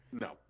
No